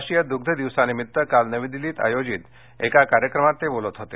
राष्ट्रीय दुग्ध दिवसानिमित्त काल नवी दिल्लीत आयोजित एका कार्यक्रमात ते बोलत होते